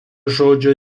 žodžio